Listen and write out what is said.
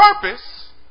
purpose